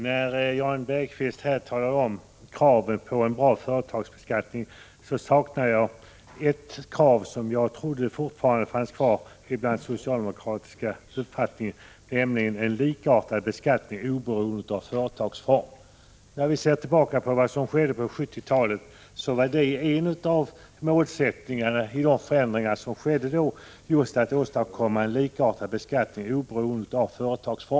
Herr talman! När Jan Bergqvist här talar om kraven på en bra företagsbeskattning saknar jag ett krav som jag trodde att socialdemokraterna fortfarande stod för, nämligen en likartad beskattning oberoende av företagsform. Om vi ser tillbaka på vad som skedde på 1970-talet, kan vi konstatera att en av målsättningarna för de förändringar som då genomfördes just var att åstadkomma en likartad beskattning oberoende av företagsform.